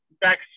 back